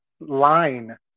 line